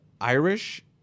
Irish